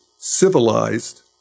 civilized